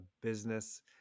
business